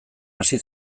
hasi